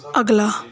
ਅਗਲਾ